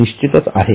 निश्चितच आहे